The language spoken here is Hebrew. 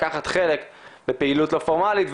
לקחת חלק בפעילות לא פורמלית,